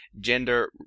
gender